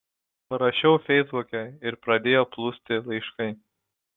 parašiau feisbuke ir pradėjo plūsti laiškai